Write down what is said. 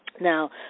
Now